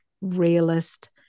realist